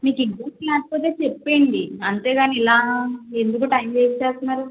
మీకు ఇంట్రెస్ట్ లేకపోతే చెప్పేయండి అంతేకానీ ఇలా ఎందుకు టైమ్ వేస్ట్ చేస్తున్నారు